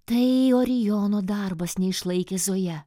tai orijono darbas neišlaikė zoja